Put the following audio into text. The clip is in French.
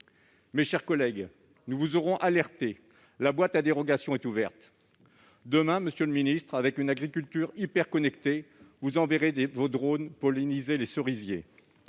Mes chers collègues, nous vous aurons alertés. La boîte à dérogations est ouverte. Demain, grâce à l'agriculture hyperconnectée, vous enverrez vos drones polliniser les cerisiers,